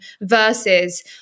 versus